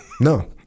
No